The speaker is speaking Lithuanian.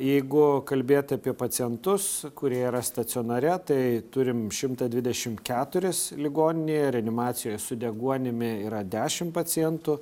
jeigu kalbėti apie pacientus kurie yra stacionare tai turim šimtą dvidešim keturis ligoninėje reanimacijoje su deguonimi yra dešim pacientų